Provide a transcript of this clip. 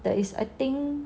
there is I think